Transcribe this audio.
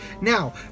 Now